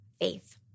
faith